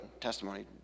testimony